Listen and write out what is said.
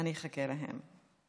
אני אחכה להם.